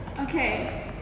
Okay